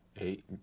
eight